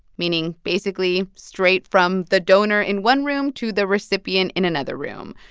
meaning basically straight from the donor in one room to the recipient in another room.